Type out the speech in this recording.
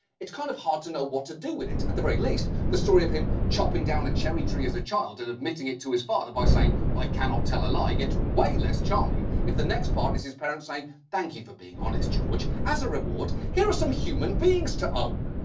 it's kind of hard to know what to do with it. at the very least, the story of him chopping down a cherry tree as a child and admitting it to his father by saying i cannot tell a lie, gets way less charming, if the next part is his parents saying, thank you for being honest george. as a reward, here are some human beings to own.